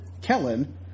Kellen